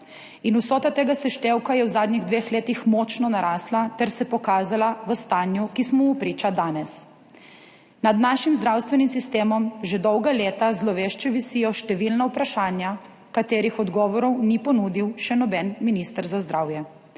In vsota tega seštevka je v zadnjih dveh letih močno narasla ter se pokazala v stanju, ki smo mu priča danes. Nad našim zdravstvenim sistemom že dolga leta zlovešče visijo številna vprašanja, **17. TRAK (VI) 12.00** (nadaljevanje) katerih odgovorov ni ponudil še noben minister za zdravje.